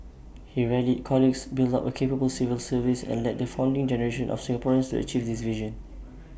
he rallied colleagues built up A capable civil service and led the founding generation of Singaporeans achieve this vision